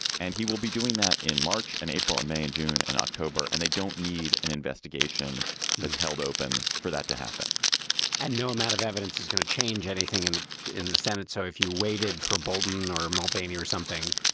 and he will be doing that in march and april and may and june and october. and they don't need an investigation that's held open for that to happen and no amount of evidence is going to change anything in the in the senate. so if you waited for boldon or mulvany or something,